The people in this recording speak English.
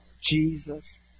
Jesus